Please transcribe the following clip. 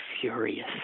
furious